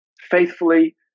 Faithfully